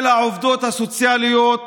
של העובדות הסוציאליות